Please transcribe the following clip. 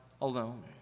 alone